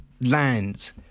lands